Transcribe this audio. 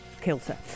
kilter